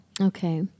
Okay